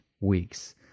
weeks